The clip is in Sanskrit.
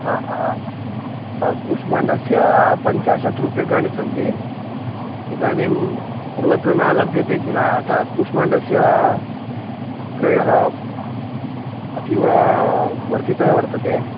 कूष्माण्डस्य पञ्चाशत् रूप्यकाणि सन्ति इदानीं सर्वत्र न लभ्यते किल अतः कूष्माण्डस्य क्रयः अतीववर्धितः वर्तते